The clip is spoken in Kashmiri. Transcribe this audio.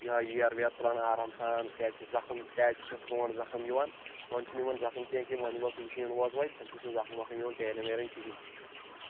یِہَے ییر وییر تُلان آرام سان کیازِ کہ زَخم کاژِ سۭتۍ اوس برونٛٹھ زخم یِوان وۄنۍ چھِنہٕ یِوان زخم کیںٛہہ کہ وۄنی وٲژ مِشیٖن وٲژ وۄنۍ تَمہِ سۭتۍ چھِنہٕ زخم وخم یِوان تیرٮ۪ن ویرٮ۪ن کِہیٖںۍ